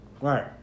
Right